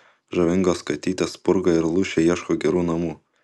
žavingos katytės spurga ir lūšė ieško gerų namų